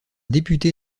député